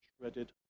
shredded